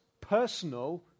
personal